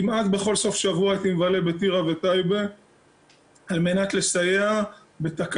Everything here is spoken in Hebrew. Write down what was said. כמעט בכל סוף שבוע הייתי מבלה בטירה וטייבה על מנת לסייע בתקלות.